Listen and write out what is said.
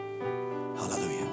Hallelujah